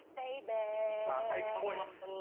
baby! eight points,